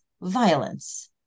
violence